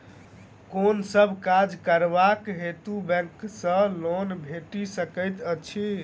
केँ सब काज करबाक हेतु बैंक सँ लोन भेटि सकैत अछि?